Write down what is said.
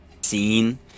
scene